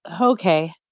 Okay